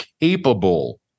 capable